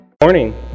Morning